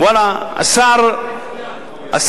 יש קופות, "מכבי" עושה את זה.